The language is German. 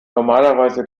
normalerweise